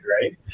right